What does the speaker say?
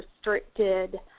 restricted